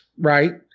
right